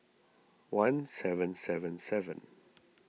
one seven seven seven